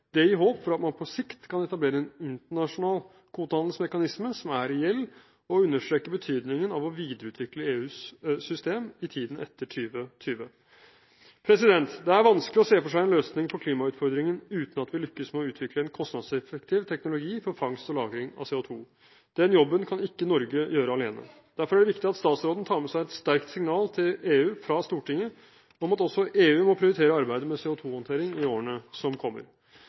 Det gir håp for at man på sikt kan etablere en internasjonal kvotehandelsmekanisme som er reell, og understreker betydningen av å videreutvikle EUs system i tiden etter 2020. Det er vanskelig å se for seg en løsning på klimautfordringen uten at vi lykkes med å utvikle en kostnadseffektiv teknologi for fangst og lagring av CO2. Den jobben kan ikke Norge gjøre alene, derfor er det viktig at statsråden tar med seg et sterkt signal til EU fra Stortinget om at også EU må prioritere arbeidet med CO2-håndtering i årene som kommer.